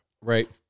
Right